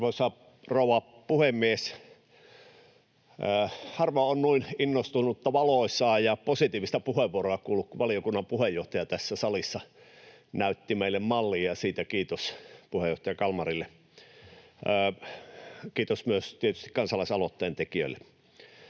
Arvoisa rouva puhemies! Harva on noin innostunutta, valoisaa ja positiivista puheenvuoroa käyttänyt kuin valiokunnan puheenjohtaja, joka tässä salissa näytti meille mallia — siitä kiitos puheenjohtaja Kalmarille. Kiitos tietysti myös kansalaisaloitteen tekijöille.